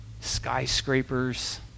skyscrapers